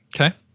Okay